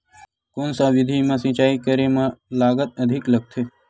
कोन सा विधि म सिंचाई करे म लागत अधिक लगथे?